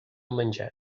menjar